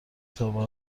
تابه